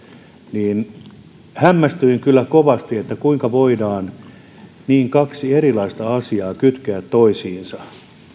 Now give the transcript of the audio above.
hämmästyin kyllä kovasti kuinka voidaan kaksi niin erilaista asiaa kytkeä toisiinsa